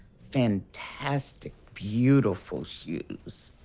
fantastic, beautiful shoes,